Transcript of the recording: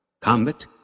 combat